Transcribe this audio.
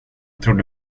trodde